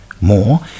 more